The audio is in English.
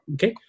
Okay